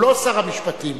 הוא לא שר המשפטים,